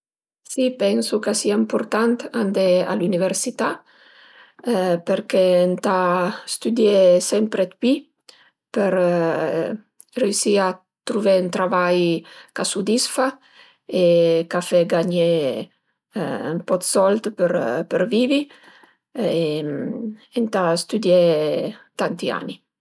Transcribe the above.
Si pensu ch'a sia ëmpurtant andé a l'üniversità perché ëntà stüdié sempre d'pi për riesi a truvé ün travai ch'a sudisfa e ch'a fe gagné ën po d'sold për për vivi e ëntà stüdié tanti ani